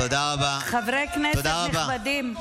חברי כנסת נכבדים, תודה רבה.